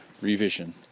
revision